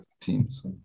teams